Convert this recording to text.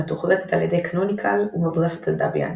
מתוחזקת על ידי קנוניקל ומבוססת על דביאן.